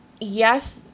yes